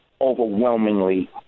overwhelmingly